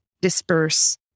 disperse